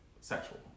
sexual